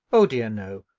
oh dear, no!